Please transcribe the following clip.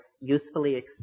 usefully